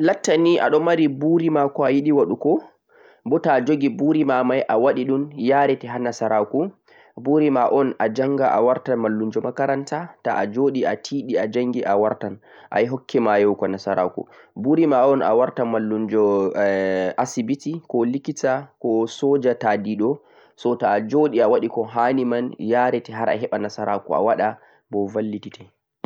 Lattanii aɗon mari burima ko ayiɗe waɗugo bo ta'ajogi burima mai awaɗeɗun yarete ha nasaraku, burima'on awarta mallunju makaranta, nyautowo koh ta'adiɗo ta'a jangi ateeɗe hokkete nasaraku